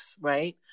Right